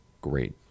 great